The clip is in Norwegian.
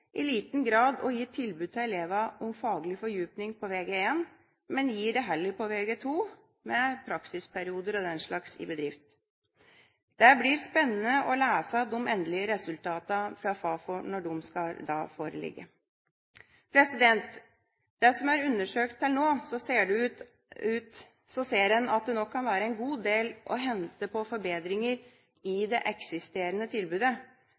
i liten grad å gi tilbud til elevene om faglig fordypning på Vg1, men gir det heller på Vg2, med praksisperioder og den slags i bedrift. Det blir spennende å lese de endelige resultatene fra FAFO når de foreligger. Gjennom det som er undersøkt til nå, ser en at det nok kan være en god del å hente på forbedringer i det eksisterende tilbudet.